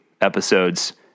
episodes